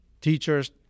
teachers